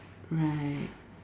right